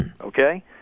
Okay